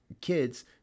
kids